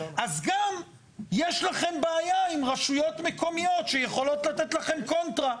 אז גם יש לכם בעיה עם רשויות מקומיות שיכולות לתת לכם קונטרה.